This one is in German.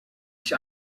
ich